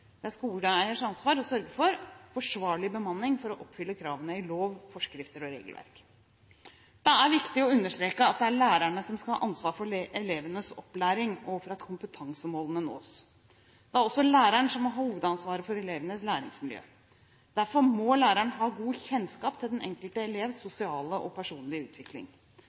Det er skoleeiers ansvar å sørge for forsvarlig bemanning for å oppfylle kravene i lov, forskrifter og regelverk. Det er viktig å understreke at det er lærerne som skal ha ansvar for elevenes opplæring, og for at kompetansemålene nås. Det er også læreren som må ha hovedansvaret for elevenes læringsmiljø. Derfor må lærerne ha god kjennskap til den enkelte elevs sosiale og personlige utvikling.